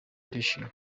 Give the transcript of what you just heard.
ndishima